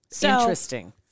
Interesting